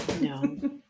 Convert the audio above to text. no